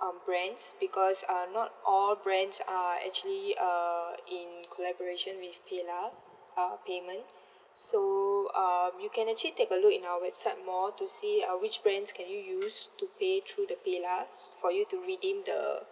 um brands because uh not all brands are actually uh in collaboration with PayLah uh payment so um you can actually take a look in our website more to see uh which brands can you use to pay through the PayLah for you to redeem the